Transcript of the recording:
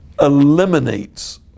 eliminates